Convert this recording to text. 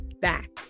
back